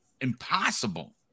impossible